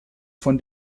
von